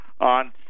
on